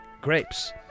grapes